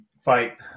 fight